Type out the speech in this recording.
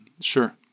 Sure